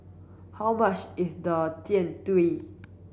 how much is the Jian Dui